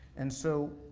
and so,